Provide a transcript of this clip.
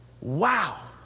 Wow